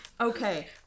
Okay